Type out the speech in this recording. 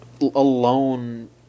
alone